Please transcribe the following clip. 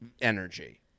energy